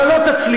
אבל לא תצליח.